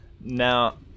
Now